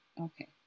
Okay